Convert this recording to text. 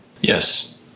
Yes